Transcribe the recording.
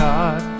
God